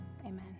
Amen